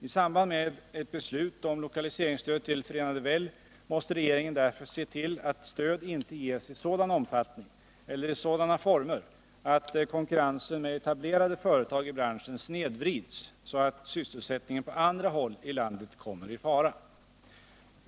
I samband med ett beslut om lokaliseringsstöd till Förenade Well måste regeringen därför se till att stöd inte ges i sådan omfattning eller i sådana former att konkurrensen med etablerade företag i branschen snedvrids så att sysselsättningen på andra håll i landet kommer i fara.